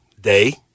day